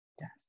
yes